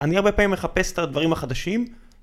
אני הרבה פעמים מחפש את הדברים החדשים